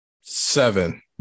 Seven